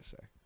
say